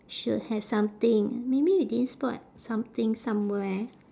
should have something maybe you didn't spot something somewhere